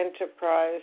enterprise